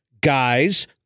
guys